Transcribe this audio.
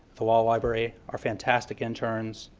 the law library, our fantastic interns,